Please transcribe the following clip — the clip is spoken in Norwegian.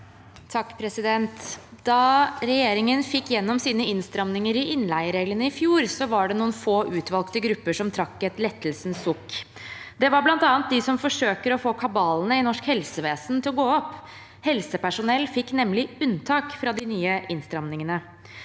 (H) Da regjeringen fikk igjennom sine innstramminger i innleiereglene i fjor, var det noen få utvalgte grupper som trakk et lettelsens sukk. Det var bl.a. de som forsøker å få kabalen i norsk helsevesen til å gå opp. Helsepersonell fikk nemlig unntak fra de nye innstrammingene,